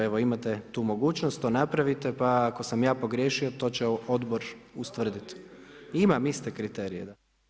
Evo, imate tu mogućnost, to napravite, pa ako sam ja pogriješio, to će Odbor ustvrditi. … [[Upadica se ne čuje.]] Imam iste kriterije.